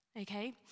okay